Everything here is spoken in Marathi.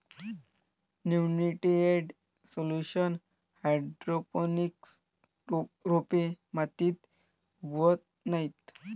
न्यूट्रिएंट सोल्युशन हायड्रोपोनिक्स रोपे मातीत उगवत नाहीत